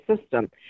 system